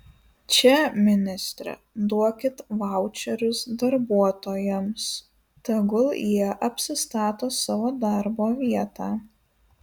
čia ministre duokit vaučerius darbuotojams tegul jie apsistato savo darbo vietą